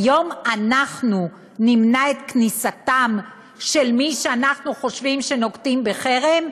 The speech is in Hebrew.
היום אנחנו נמנע את כניסתם של מי שאנחנו חושבים שנוקטים חרם,